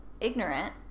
ignorant